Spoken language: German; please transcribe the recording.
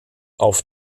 auf